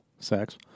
Sex